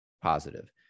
positive